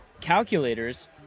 calculators